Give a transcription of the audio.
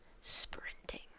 sprinting